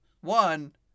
one